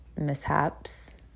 mishaps